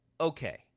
okay